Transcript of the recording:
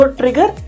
trigger